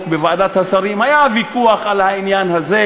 בוועדת השרים היה ויכוח על העניין הזה,